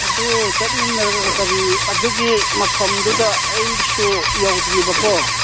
ꯑꯗꯨ ꯆꯠꯃꯤꯟꯅꯔꯒ ꯀꯔꯤ ꯑꯗꯨꯒꯤ ꯃꯐꯝꯗꯨꯗ ꯑꯩꯁꯨ ꯌꯧꯗ꯭ꯔꯤꯕꯀꯣ